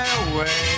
away